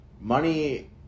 Money